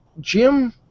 Jim